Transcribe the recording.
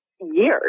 years